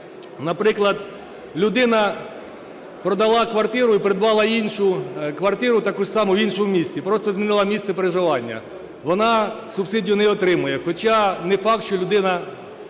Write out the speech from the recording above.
Наприклад, людина продала квартиру і придбала іншу квартиру, таку саму, в іншому місці, просто змінила місце проживання - вона субсидію не отримує, хоча не факт, що людина